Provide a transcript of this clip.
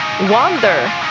Wonder